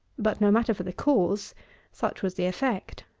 but, no matter for the cause such was the effect.